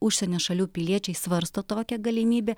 užsienio šalių piliečiai svarsto tokią galimybę